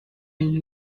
une